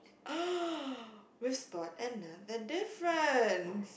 we spot another difference